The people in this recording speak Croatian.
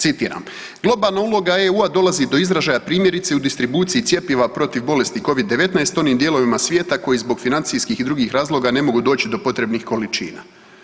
Citiram: „Globalna uloga EU-a dolazi do izražaja primjerice u distribuciji cjepiva protiv bolesti covid 19 u onim dijelovima svijeta koji zbog financijskih i drugih razloga ne mogu doći do potrebnih količina.